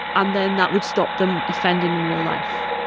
and then that would stop them offending in real life.